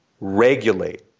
regulate